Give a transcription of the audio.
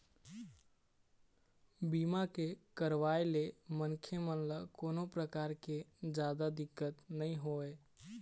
बीमा के करवाय ले मनखे मन ल कोनो परकार के जादा दिक्कत नइ होवय